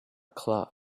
club